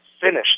finished